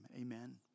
Amen